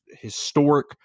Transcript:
historic